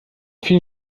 vielen